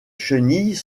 chenilles